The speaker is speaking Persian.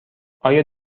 آیا